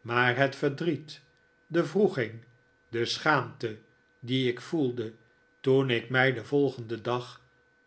maar het verdriet de wroeging de schaamte die ik voelde toen ik mij den volgenden dag